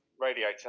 radiator